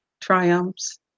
triumphs